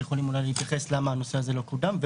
שיכולים אולי להתייחס למה הנושא הזה לא קודם.